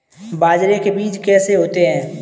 बाजरे के बीज कैसे होते हैं?